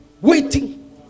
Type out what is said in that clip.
waiting